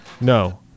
No